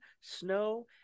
snow